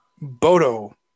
bodo